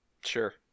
Sure